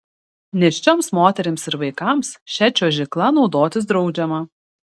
nėščioms moterims ir vaikams šia čiuožykla naudotis draudžiama